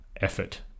effort